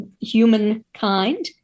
humankind